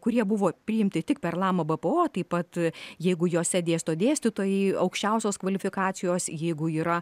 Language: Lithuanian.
kurie buvo priimti tik per lamabpo taip pat jeigu jose dėsto dėstytojai aukščiausios kvalifikacijos jeigu yra